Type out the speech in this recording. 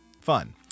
Fun